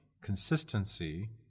consistency